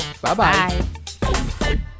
Bye-bye